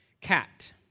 CAT